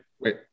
Wait